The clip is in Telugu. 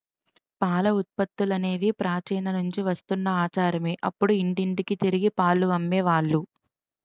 పాల ఉత్పత్తులనేవి ప్రాచీన నుంచి వస్తున్న ఆచారమే అప్పుడు ఇంటింటికి తిరిగి పాలు అమ్మే వాళ్ళు